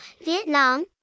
Vietnam